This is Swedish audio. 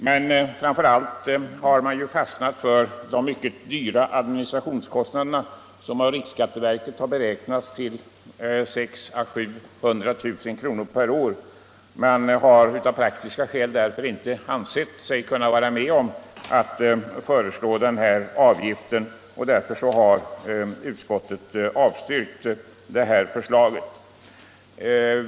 Men framför allt har utskottet fastnat för de mycket höga administrationskostnaderna, som av riksskatteverket beräknats till 600 000 å 700 000 kr. per år. Utskottet har därför av praktiska skäl avstyrkt förslaget.